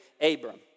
Abram